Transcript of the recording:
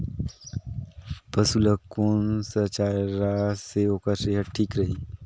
पशु ला कोन स चारा से ओकर सेहत ठीक रही?